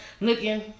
looking